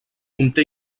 conté